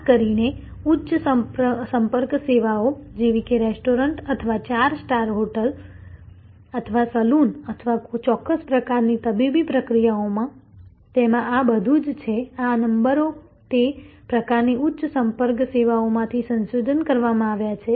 ખાસ કરીને ઉચ્ચ સંપર્ક સેવાઓ જેવી કે રેસ્ટોરન્ટ અથવા 4 સ્ટાર હોટેલ અથવા સલૂન અથવા ચોક્કસ પ્રકારની તબીબી પ્રક્રિયાઓમાં તેમાં આ બધું છે આ નંબરો તે પ્રકારની ઉચ્ચ સંપર્ક સેવાઓમાંથી સંશોધન કરવામાં આવ્યા છે